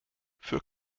für